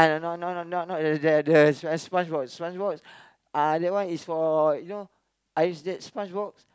not not not not the the right SpongeBob SpongeBob uh that one is for you know I use that SpongeBob